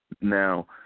Now